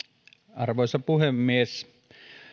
arvoisa puhemies